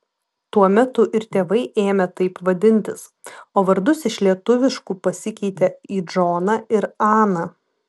tuo metu ir tėvai ėmė taip vadintis o vardus iš lietuviškų pasikeitė į džoną ir aną